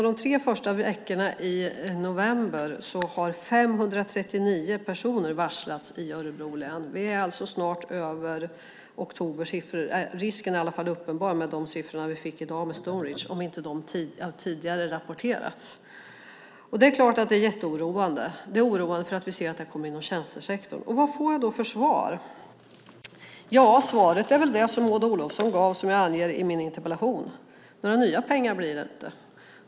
De tre första veckorna i november har 539 personer varslats i Örebro län. Det är alltså snart över oktobers siffror. Risken är i alla fall uppenbar med de siffror vi fick i dag med Stoneridge, om inte de har rapporterats tidigare. Det är klart att det är jätteoroande. Det är oroande därför att det har kommit inom tjänstesektorn. Vad får jag då för svar? Svaret är väl det som även Maud Olofsson gav och som jag anger i min interpellation: Några nya pengar blir det inte.